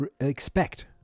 expect